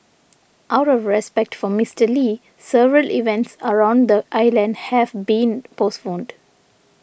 out of respect for Mister Lee several events around the island have been postponed